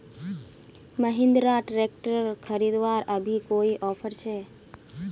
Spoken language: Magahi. महिंद्रा ट्रैक्टर खरीदवार अभी कोई ऑफर छे?